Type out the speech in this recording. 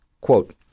Quote